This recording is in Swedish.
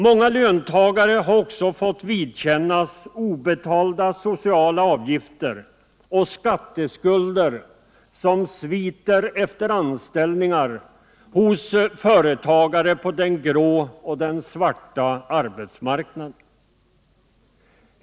Många löntagare har också drabbats av obetalda sociala avgifter och skatteskulder efter anställningar hos skumma företagare på den grå eller den svarta marknaden.